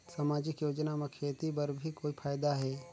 समाजिक योजना म खेती बर भी कोई फायदा है?